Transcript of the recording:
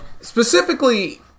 Specifically